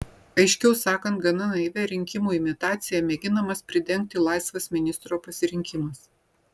aiškiau sakant gana naivia rinkimų imitacija mėginamas pridengti laisvas ministro pasirinkimas